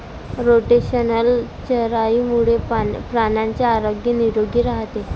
rotational चराईमुळे प्राण्यांचे आरोग्य निरोगी राहते